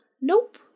Nope